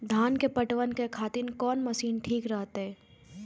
धान के पटवन के खातिर कोन मशीन ठीक रहते?